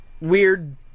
weird